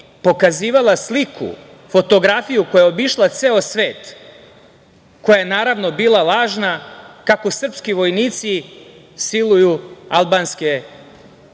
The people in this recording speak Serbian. pokazivala sliku, fotografiju koja je obišla ceo svet, koja je naravno bila lažna kako srpski vojnici siluju albanske devojke